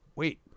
Wait